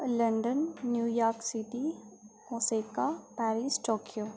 London New York city मोसैका Paris Tokyo